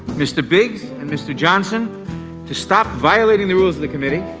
mr. biggs and mr. johnson to stop violating the rules of the committee,